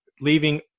leaving